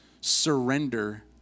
surrender